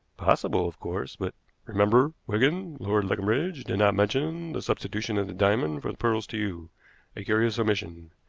possible, of course, but remember, wigan, lord leconbridge did not mention the substitution of the diamonds for the pearls to you a curious omission.